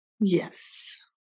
yes